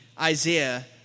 Isaiah